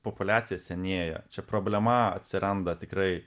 populiacija senėja čia problema atsiranda tikrai